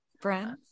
friends